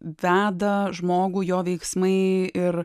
veda žmogų jo veiksmai ir